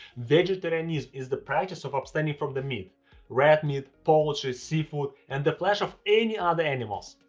vegetarianism is the practice of abstaining from the meat red meat, poultry, seafood, and the flesh of any other animals,